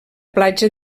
platja